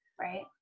right